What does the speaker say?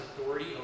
authority